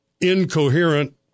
incoherent